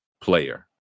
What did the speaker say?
player